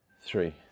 Three